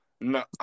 No